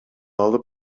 алып